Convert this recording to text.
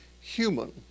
human